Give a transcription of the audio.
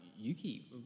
Yuki